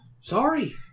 Sorry